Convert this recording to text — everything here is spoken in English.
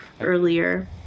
earlier